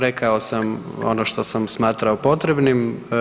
Rekao sam ono što sam smatrao potrebnim.